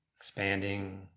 expanding